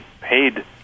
paid